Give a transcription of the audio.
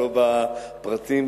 לא בפרטים,